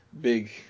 big